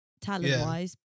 talent-wise